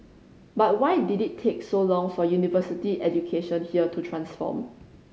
but why did it take so long for university education here to transform